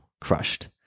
crushed